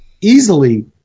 easily